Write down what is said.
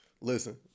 Listen